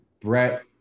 Brett